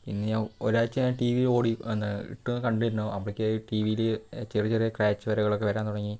പിന്നെയും ഒരാഴ്ച്ച ഞാൻ ടി വി ഓടി എന്താ ഇട്ടു കണ്ടിരിന്നു അപ്പോഴേയ്ക്ക് ടി വിയിൽ ചെറിയ ചെറിയ ക്രാച്ച് വരകളൊക്കെ വരാൻ തുടങ്ങി